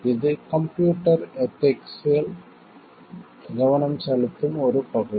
இது கம்ப்யூட்டர் எதிக்ஸ்கள் கவனம் செலுத்தும் ஒரு பகுதி